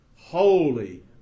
Holy